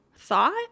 thought